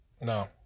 No